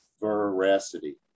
Veracity